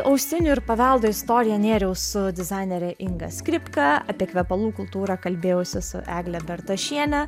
ausinių ir paveldo istoriją nėriau su dizainere inga skripka apie kvepalų kultūrą kalbėjausi su egle bertošiene